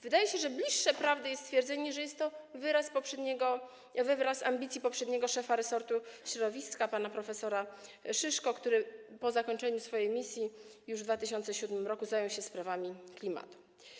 Wydaje się, że bliższe prawdy jest stwierdzenie, że jest to wyraz ambicji poprzedniego szefa resortu środowiska pana prof. Szyszko, który po zakończeniu swojej misji już w 2017 r. zajął się sprawami klimatu.